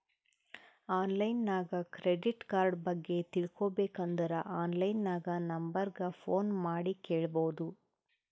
online ನಾಗ್ credit card ಬಗ್ಗೆ ತಿಳ್ಕೋಬೇಕ್ ಅಂದುರ್ ಆನ್ಲೈನ್ ನಾಗ್ ನಂಬರ್ ಗ ಫೋನ್ ಮಾಡಿ ಕೇಳ್ಬೋದು